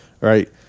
right